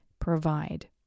provide